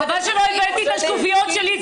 חבל שלא הבאתי את השקופיות שלי.